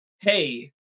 Hey